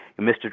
Mr